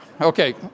Okay